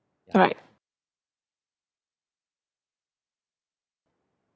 alright